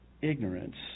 ignorance